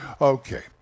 Okay